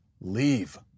leave